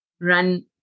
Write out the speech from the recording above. run